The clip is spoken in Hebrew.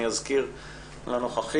אני אזכיר לנוכחים,